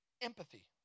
empathy